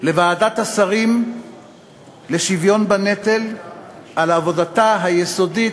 לוועדת השרים לשוויון בנטל על עבודתה היסודית,